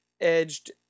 edged